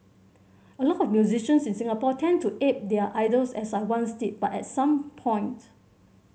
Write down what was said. a lot of musicians in Singapore tend to ape their idols as I once did but at some point